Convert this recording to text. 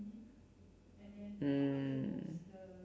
mm